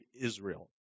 Israel